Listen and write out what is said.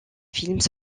films